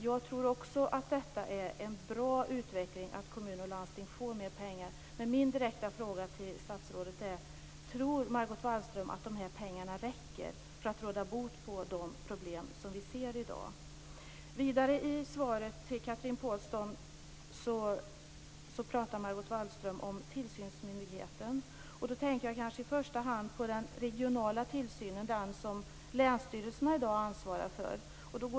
Jag tror att det är en bra utveckling att kommuner och landsting får mer pengar. Men min direkta fråga till statsrådet är: Tror Margot Wallström att dessa pengar räcker för att råda bot på de problem vi ser i dag? Vidare i svaret till Chatrine Pålsson nämner Margot Wallström tillsynsmyndigheten. Jag tänker i första hand på den regionala tillsynen som länsstyrelserna ansvarar för i dag.